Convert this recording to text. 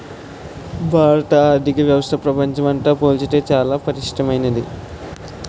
భారత ఆర్థిక వ్యవస్థ ప్రపంచంతో పోల్చితే చాలా పటిష్టమైంది